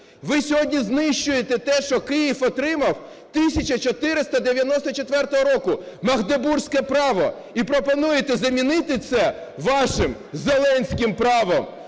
Ви сьогодні знищуєте те, що Київ отримав 1494 року – Магдебурзьке право, і пропонуєте замінити це вашим "зеленським" правом.